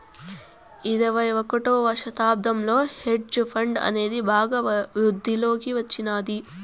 ఇరవై ఒకటవ శతాబ్దంలో హెడ్జ్ ఫండ్ అనేది బాగా వృద్ధిలోకి వచ్చినాది